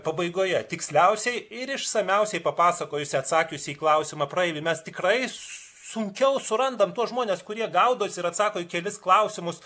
pabaigoje tiksliausiai ir išsamiausiai papasakojusį atsakiusį į klausimą praeivį mes tikrai sunkiau surandame tuos žmones kurie gaudosi ir atsako į kelis klausimus